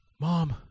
Mom